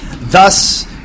thus